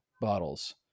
bottles